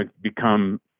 become